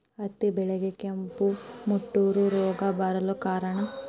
ಹತ್ತಿ ಬೆಳೆಗೆ ಕೆಂಪು ಮುಟೂರು ರೋಗ ಬರಲು ಕಾರಣ?